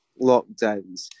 lockdowns